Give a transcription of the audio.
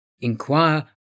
Inquire